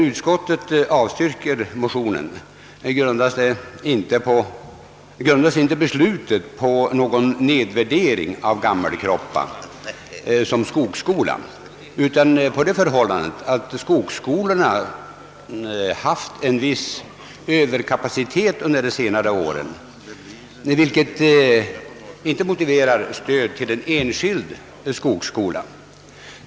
Utskottets avslagsyrkande har inte sin grund i någon nedvärdering av det arbete som utförs vid Gammelkroppa skogsskola. Utskottets ställningstagande beror i stället på att skogsskolorna haft en viss överkapacitet under senare år, något som motiverar att det inte ges stöd åt enskilda skogsskolor.